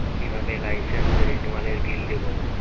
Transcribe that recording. কিভাবে লাইসেন্স রেনুয়ালের বিল দেবো?